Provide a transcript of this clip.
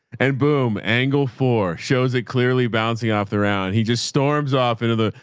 and boom, angle four shows it clearly bouncing off the round. he just storms off into the,